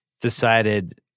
Decided